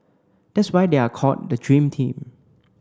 that's why they are called the dream team